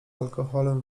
alkoholem